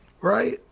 right